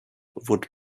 would